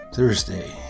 Thursday